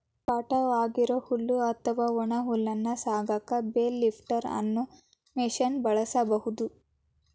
ಕಟಾವ್ ಆಗಿರೋ ಹುಲ್ಲು ಅತ್ವಾ ಒಣ ಹುಲ್ಲನ್ನ ಸಾಗಸಾಕ ಬೇಲ್ ಲಿಫ್ಟರ್ ಅನ್ನೋ ಮಷೇನ್ ಬಳಸ್ಬಹುದು